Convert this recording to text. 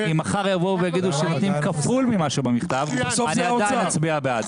אם מחר יבואו ויגידו שנותנים כפול ממה שבמכתב אני עדיין אצביע בעד.